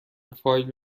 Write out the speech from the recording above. فایل